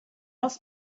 must